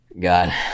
god